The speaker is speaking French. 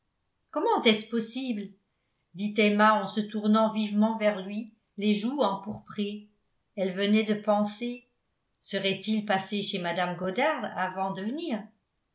comment est-ce possible dit emma en se tournant vivement vers lui les joues empourprées elle venait de penser serait-il passé chez mme goddard avant de venir